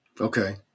Okay